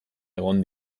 egon